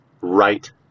right